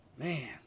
Man